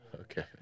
Okay